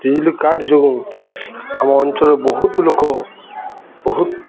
ବିଜୁଳି କାଟ ଯୋଗୁଁ ଆମ ଅଞ୍ଚଳରେ ବହୁତ ଲୋକ ବହୁତ